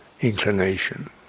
inclination